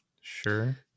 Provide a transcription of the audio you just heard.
Sure